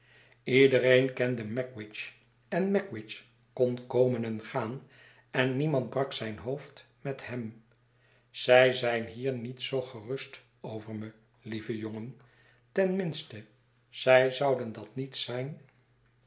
iedereen kende magwitch en magwitch kon komen en gaan en niemand brak zijn hoofd met hem zij z yn hier niet zoogerust over me lieve jongen ten minste zij zouden dat niet zijn